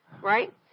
Right